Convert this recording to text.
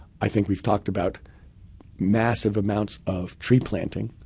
i think we've talked about massive amounts of tree planting.